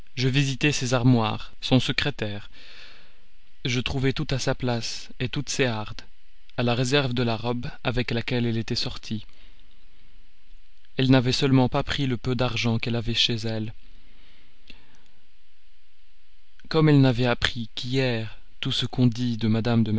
je visitai ses armoires son secrétaire je trouvai tout à sa place toutes ses hardes à la réserve de la robe avec laquelle elle était sortie elle n'avait seulement pas pris le peu d'argent qu'elle avait chez elle comme elle n'avait appris qu'hier tout ce qu'on dit de mme